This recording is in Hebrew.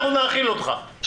אנחנו נאכיל אותך.